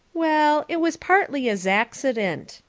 well, it was partly a zacksident,